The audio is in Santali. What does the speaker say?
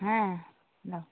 ᱦᱮᱸ ᱦᱮᱞᱳ